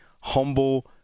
humble